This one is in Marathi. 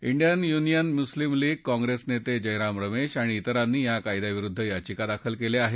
डियन युनियन मुस्लीम लीग काँग्रेस नेते जयराम रमेश आणि ज्रिरांनी या कायद्याविरुद्ध याचिका दाखल केल्या आहेत